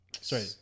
sorry